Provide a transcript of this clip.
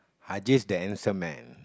Ajjis the handsome man